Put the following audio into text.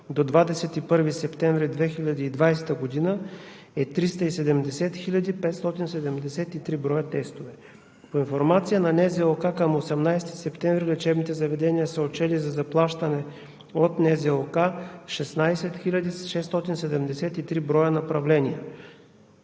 до 21 септември 2020 г. е 370 хил. 573 броя тестове. По информация на НЗОК към 18 септември 2020 г. лечебните заведения са отчели за заплащане от НЗОК 16 хил. 673 броя направления